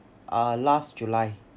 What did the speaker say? uh last july